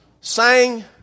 sang